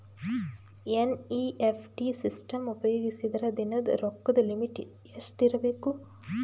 NEFT system ಉಪಯೋಗಿಸಿದರ ದಿನದ ರೊಕ್ಕದ ಲಿಮಿಟ್ ಎಷ್ಟ ಇರಬೇಕು?